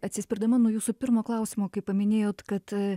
atsispirdama nuo jūsų pirmo klausimo kai paminėjot kad